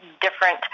different